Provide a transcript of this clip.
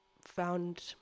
found